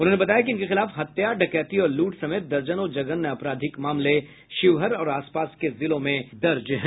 उन्होंने बताया कि इनके खिलाफ हत्या डकैती और लूट समेत दर्जनों जघन्य आपराधिक मामले शिवहर और आसपास के जिलों में दर्ज हैं